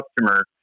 customer